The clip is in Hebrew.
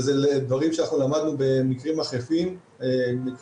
ואלה דברים שלמדנו במקרים אחרים,